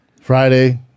Friday